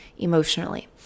emotionally